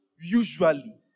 usually